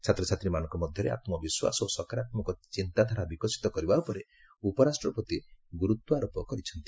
ଛାତ୍ରଛାତ୍ରୀମାନଙ୍କ ମଧ୍ୟରେ ଆତ୍ମବିଶ୍ୱାସ ଓ ସକାରାତ୍ମକ ଚିନ୍ତାଧାରା ବିକଶିତ କରିବା ଉପରେ ଉପରାଷ୍ଟ୍ରପତି ଗୁରୁତ୍ୱାରୋପ କରିଛନ୍ତି